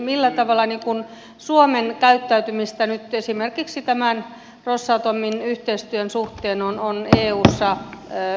millä tavalla suomen käyttäytymistä nyt esimerkiksi tämän rosatomin yhteistyön suhteen on eussa kommentoitu